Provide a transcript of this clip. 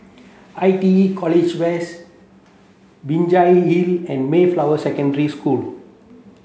I T E College West Binjai Hill and Mayflower Secondary School